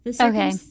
Okay